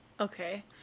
Okay